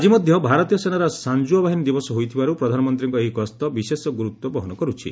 ଆଜି ମଧ୍ୟ ଭାରତୀୟ ସେନାର ସାଞ୍ଜୁଆ ବାହିନୀ ଦିବସ ହୋଇଥିବାରୁ ପ୍ରଧାନମନ୍ତ୍ରୀଙ୍କ ଏହି ଗସ୍ତ ବିଶେଷ ଗୁରୁତ୍ୱ ବହନ କରୁଛି